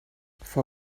for